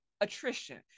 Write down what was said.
attrition